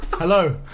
hello